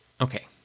okay